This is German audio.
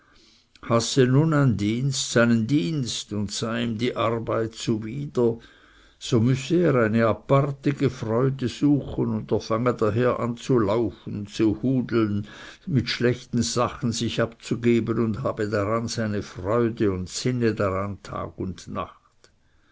hasse nun ein dienst seinen dienst und sei ihm die arbeit zuwider so müsse er eine apartige freude suchen und er fange daher an zu laufen zu hudeln mit schlechten sachen sich abzugeben und habe daran seine freude und sinne daran tag und nacht